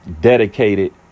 dedicated